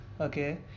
Okay